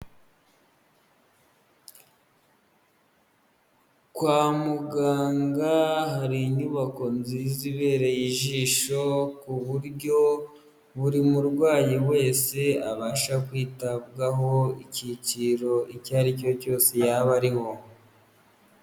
Kwa muganga hari inyubako nziza ibereye ijisho, ku buryo buri murwayi wese abasha kwitabwaho, icyiciro icyo ari cyo cyose yaba arimo.